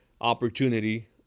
opportunity